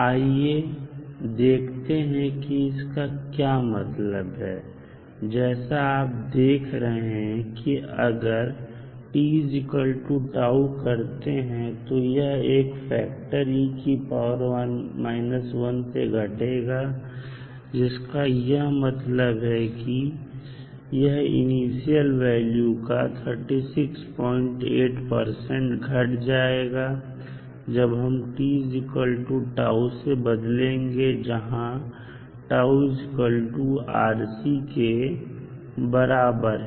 आइए देखते हैं की इसका क्या मतलब है जैसा आप देख रहे हैं कि अगर आप t करते हैं तो यह एक फैक्टर से घटेगा जिसका यह मतलब है कि यह इनिशियल वैल्यू का 368 घट जाएगा जब हम t से बदलेंगे जहां के बराबर है